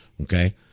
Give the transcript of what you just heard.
okay